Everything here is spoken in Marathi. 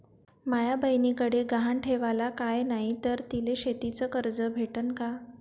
माया बयनीकडे गहान ठेवाला काय नाही तर तिले शेतीच कर्ज भेटन का?